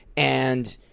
and